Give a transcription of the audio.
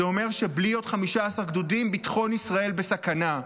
זה אומר שבלי עוד 15 גדודים ביטחון ישראל בסכנה.